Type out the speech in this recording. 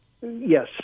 Yes